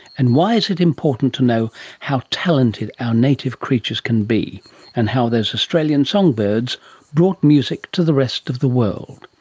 and why is it important to know how talented our native creatures can be and how those australian songbirds brought music to the rest of the world?